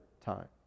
time